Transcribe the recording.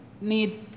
need